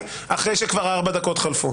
על בסיס פסקת ההגבלה של חוק יסוד: כבוד האדם וחרותו.